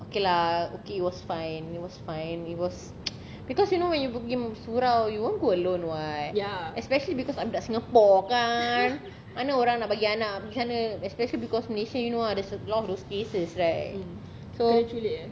okay lah okay it was fine it was fine it was because you know you pergi surau you won't go alone [what] especially because I budak singapore kan mana orang nak bagi anak pergi sana especially because malaysia you know ah there's a lot of those cases right so